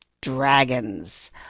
dragons